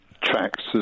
tracks